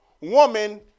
woman